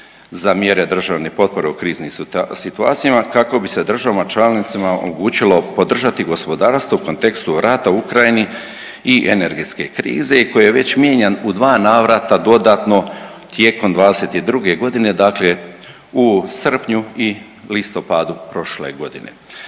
za mjere državne potpore u kriznim situacijama kako bi se državama članicama omogućilo podržati gospodarstvo u kontekstu rata u Ukrajini i energetske krize koji je već mijenjan u dva navrata dodatno tijekom '22. g., dakle u srpnju i listopadu prošle godine.